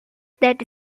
that